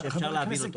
שאפשר להבין אותו.